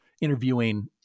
interviewing